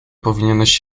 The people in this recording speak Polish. powinieneś